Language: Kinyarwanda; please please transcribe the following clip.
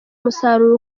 umusaruro